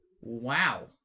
Wow